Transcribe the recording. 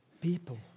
people